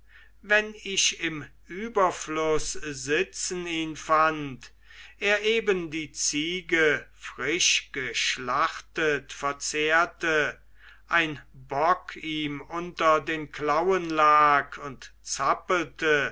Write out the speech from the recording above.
wenn ich im überfluß sitzen ihn fand er eben die ziege frisch geschlachtet verzehrte ein bock ihm unter den klauen lag und zappelte